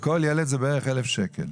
כל ילד הוא בערך 1,000 שקלים.